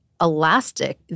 elastic